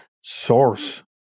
source